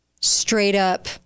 straight-up